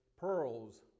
pearls